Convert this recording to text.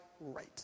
right